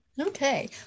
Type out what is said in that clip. Okay